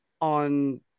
on